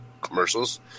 commercials